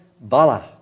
Bala